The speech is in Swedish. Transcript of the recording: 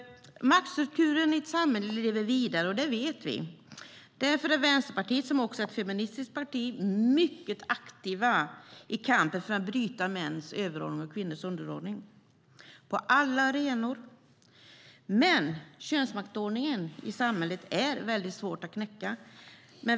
Maktstrukturer i samhället lever vidare; det vet vi. Därför är Vänsterpartiet, som också är ett feministiskt parti, mycket aktivt i kampen för att bryta mäns överordning och kvinnors underordning på alla arenor. Men könsmaktsordningen i samhället är det väldigt svårt att knäcka.